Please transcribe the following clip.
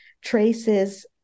traces